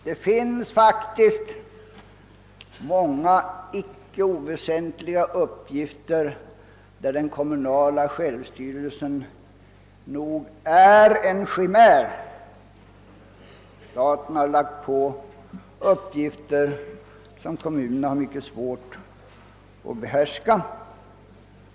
Det finns faktiskt många icke oväsentliga områden där den kommunala självstyrelsen nog är en chimär. Staten har lagt uppgifter på kommunerna, som dessa har mycket svårt att lösa.